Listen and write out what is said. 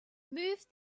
move